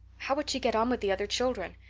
how would she get on with the other children?